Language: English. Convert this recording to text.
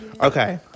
Okay